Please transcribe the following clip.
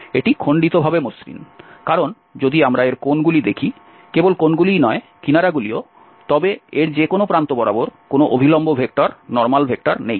এটি খন্ডিতভাবে মসৃণ কারণ যদি আমরা এর কোণগুলি দেখি কেবল কোণগুলিই নয় কিনারাগুলিও তবে এর যে কোনও প্রান্ত বরাবর কোনও অভিলম্ব ভেক্টর নেই